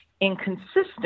inconsistent